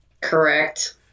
Correct